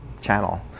channel